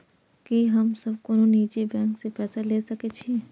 की हम सब कोनो निजी बैंक से पैसा ले सके छी?